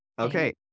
Okay